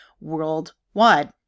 worldwide